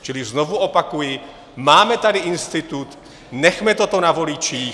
Čili znovu opakuji, máme tady institut, nechme toto na voličích.